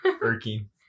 irking